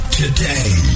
today